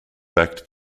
backed